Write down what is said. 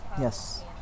Yes